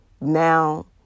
Now